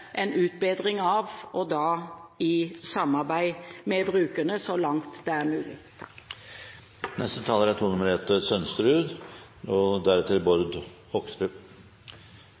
en utbedring av, og da i samarbeid med brukerne, så langt det er mulig. Først takk til interpellanten for at hun tar opp denne saken. Den er